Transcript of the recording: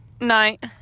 night